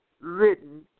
written